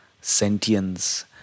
sentience